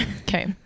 okay